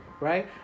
right